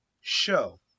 show